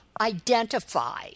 identify